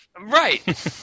Right